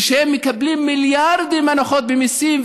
כשהם מקבלים מיליארדים הנחות במיסים,